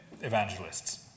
evangelists